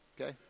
okay